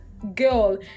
girl